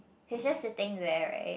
he's just sitting there right